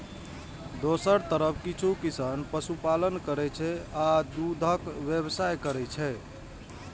दोसर तरफ किछु किसान पशुपालन करै छै आ दूधक व्यवसाय करै छै